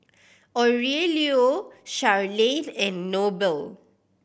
Aurelio Sharleen and Noble